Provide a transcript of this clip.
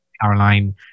Caroline